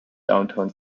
downtown